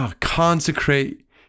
consecrate